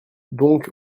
donc